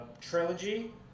trilogy